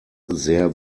sehr